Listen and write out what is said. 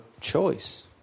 choice